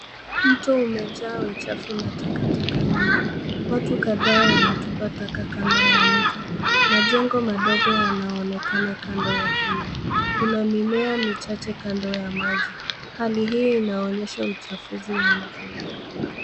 Mto umejaa uchafu na taka taka nyingi, watu kadhaa wanatupa taka kando ya mto. Majengo madogo yanaonekana kando ya kingo, kuna mimea michache kando ya maji. Hali hii inaonyesha uchafuzi wa mazingira.